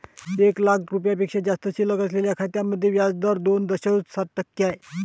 एक लाख रुपयांपेक्षा जास्त शिल्लक असलेल्या खात्यांमध्ये व्याज दर दोन दशांश सात टक्के आहे